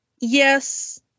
yes